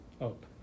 up